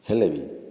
ହେଲେ ବି